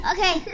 Okay